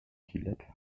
gillett